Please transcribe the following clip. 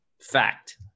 Fact